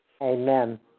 Amen